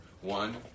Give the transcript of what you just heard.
One